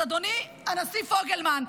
אז אדוני הנשיא פוגלמן,